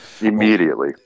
immediately